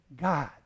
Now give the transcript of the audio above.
God